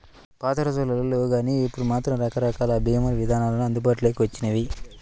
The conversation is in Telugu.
పాతరోజుల్లో లేవుగానీ ఇప్పుడు మాత్రం రకరకాల భీమా ఇదానాలు అందుబాటులోకి వచ్చినియ్యి